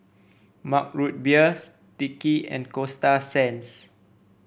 Mug Root Beer Sticky and Coasta Sands